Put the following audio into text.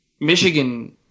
Michigan